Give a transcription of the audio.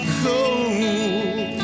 cold